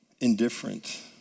indifferent